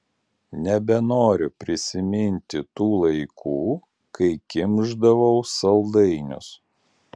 nebenoriu prisiminti tų laikų kai kimšdavau saldainius